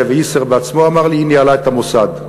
ואיסר בעצמו אמר לי: היא ניהלה את המוסד.